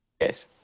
yes